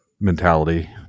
mentality